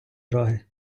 роги